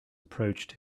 approached